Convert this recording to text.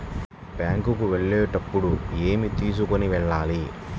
Bank కు వెళ్ళేటప్పుడు ఏమి తీసుకొని వెళ్ళాలి?